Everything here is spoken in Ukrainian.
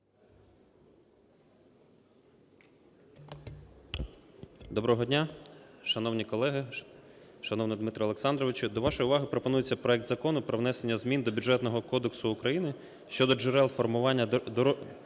Доброго дня, шановні колеги, шановний Дмитре Олександровичу. До вашої уваги пропонується проект Закону про внесення змін до Бюджетного кодексу України щодо джерел формування державного